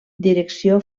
direcció